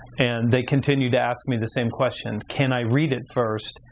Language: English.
and they continued to ask me the same question, can i read it first?